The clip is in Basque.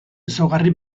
ezaugarri